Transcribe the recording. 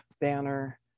banner